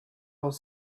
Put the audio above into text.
was